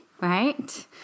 right